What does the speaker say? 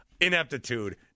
ineptitude